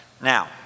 Now